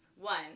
One